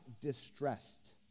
distressed